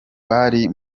bari